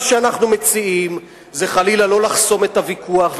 מה שאנחנו מציעים זה לא לחסום חלילה את הוויכוח,